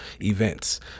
events